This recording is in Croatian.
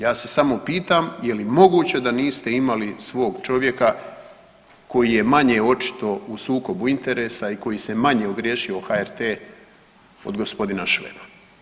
Ja se samo pitam je li moguće da niste imali svog čovjeka koji je manje očito u sukobu interesa i koji se manje ogriješio o HRT od g. Šveba.